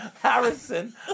Harrison